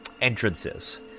entrances